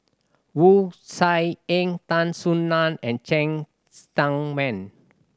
Wu Tsai Yen Tan Soo Nan and Cheng Tsang Man